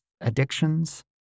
addictions